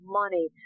money